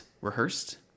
rehearsed